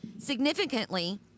significantly